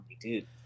dude